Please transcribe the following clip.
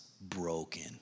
broken